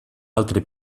altre